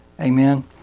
Amen